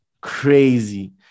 crazy